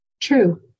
True